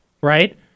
right